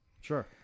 Sure